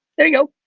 there you go,